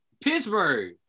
Pittsburgh